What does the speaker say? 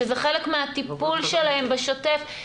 שזה חלק מהטיפול שלהם בשוטף.